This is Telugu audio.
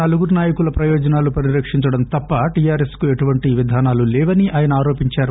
నలుగురు నాయకుల ప్రయోజనాలు పరిరక్షించడం తప్ప టీఆర్ఎస్ కు ఎటువంటి విధానాలు లేవని ఆయన ఆరోపించారు